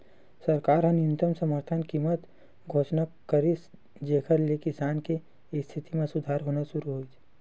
सरकार ह न्यूनतम समरथन कीमत घोसना करिस जेखर ले किसान के इस्थिति म सुधार होना सुरू होइस